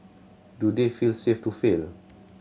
do they feel safe to fail